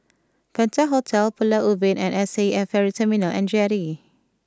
Penta Hotel Pulau Ubin and S A F Ferry Terminal and Jetty